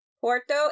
Porto